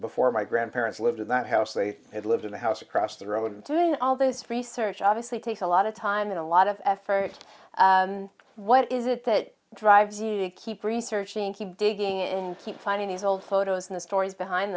before my grandparents lived in that house they had lived in the house across the road doing all this research obviously takes a lot of time and a lot of effort and what is it that drives me to keep researching keep digging and keep finding these old photos in the stories behind